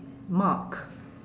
mark